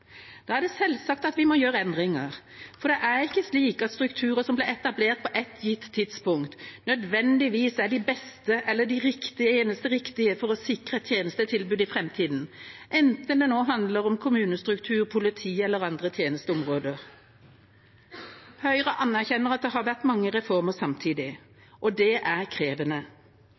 Da er det selvsagt at vi må gjøre endringer, for det er ikke slik at strukturer som ble etablert på ett gitt tidspunkt, nødvendigvis er de beste eller de eneste riktige for å sikre tjenestetilbudet i framtida – enten det handler om kommunestruktur, politiet eller andre tjenesteområder. Høyre erkjenner at det har vært mange reformer samtidig, og det er krevende.